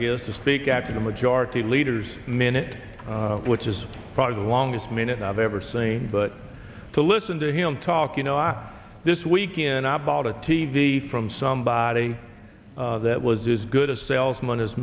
guess to speak out the majority leader's minute which is probably the longest minute i've ever seen but to listen to him talk you know i was this weekend i bought a t v from somebody that was is good a salesman